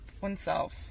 oneself